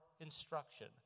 instruction